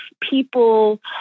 people